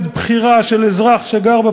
גם חבר הכנסת סלומינסקי וגם אני הבהרנו